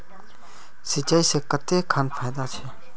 सिंचाई से कते खान फायदा छै?